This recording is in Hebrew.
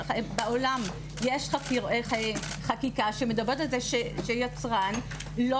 בעולם יש חקיקה שמדברת על זה שיצרן לא